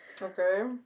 Okay